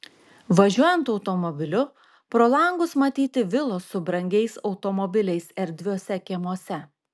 važiuojant automobiliu pro langus matyti vilos su brangiais automobiliais erdviuose kiemuose